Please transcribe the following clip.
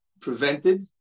prevented